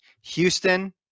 Houston